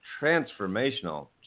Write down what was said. transformational